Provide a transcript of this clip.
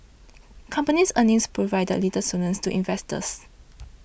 companies earnings provided little solace to investors